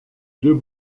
deux